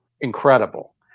incredible